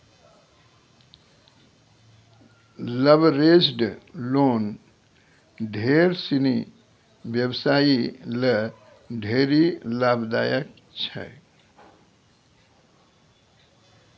leveraged loan ढेर सिनी व्यवसायी ल ढेरी लाभदायक छै